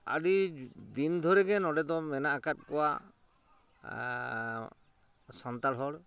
ᱟᱹᱰᱤ ᱫᱤᱱ ᱫᱷᱚᱨᱮᱜᱮ ᱱᱚᱰᱮ ᱫᱚ ᱢᱮᱱᱟᱜ ᱠᱟᱫ ᱠᱚᱣᱟ ᱥᱟᱱᱛᱟᱲ ᱦᱚᱲ